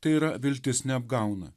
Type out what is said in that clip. tai yra viltis neapgauna